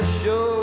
show